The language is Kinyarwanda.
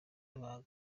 ibanga